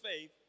faith